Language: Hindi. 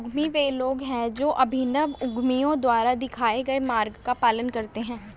उद्यमी वे लोग हैं जो अभिनव उद्यमियों द्वारा दिखाए गए मार्ग का पालन करते हैं